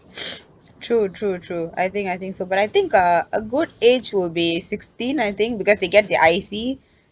true true true I think I think so but I think uh a good age will be sixteen I think because they get their I_C